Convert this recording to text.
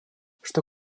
что